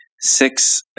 six